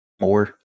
more